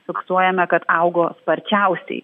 fiksuojame kad augo sparčiausiai